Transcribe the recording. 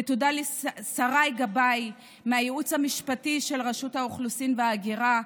ותודה לשרי גבאי מהייעוץ המשפטי של רשות האוכלוסין וההגירה,